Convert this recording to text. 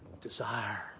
desire